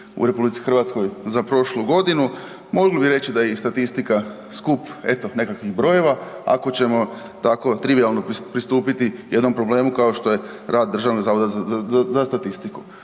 u RH za prošlu godinu mogli bi reći da je i statistika skup eto, nekakvih brojeva, ako ćemo tako trivijalno pristupiti, jednom problemu kao što je rad Državnog zavoda za statistiku.